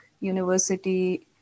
University